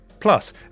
Plus